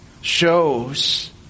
shows